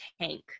tank